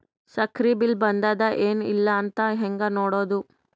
ಸಕ್ರಿ ಬಿಲ್ ಬಂದಾದ ಏನ್ ಇಲ್ಲ ಅಂತ ಹೆಂಗ್ ನೋಡುದು?